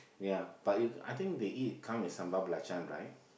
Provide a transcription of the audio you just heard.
ya but you I think they eat come with sambal balacan right